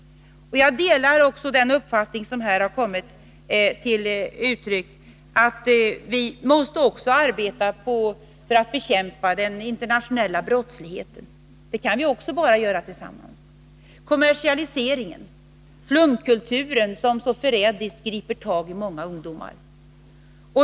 Fredagen den Jag delar också den uppfattning som här har kommit till uttryck, att vi även 4 december 1981 måste arbeta för att bekämpa den internationella brottsligheten — också det kan vi bara göra tillsammans — samt kommersialiseringen och flumkulturen Om åtgärder mot som så förrädiskt griper tag i många ungdomar.